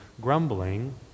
grumbling